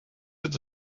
zit